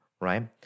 right